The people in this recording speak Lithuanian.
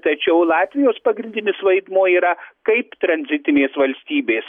tačiau latvijos pagrindinis vaidmuo yra kaip tranzitinės valstybės